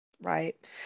Right